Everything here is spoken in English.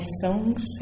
songs